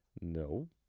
No